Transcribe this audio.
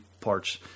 parts